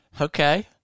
Okay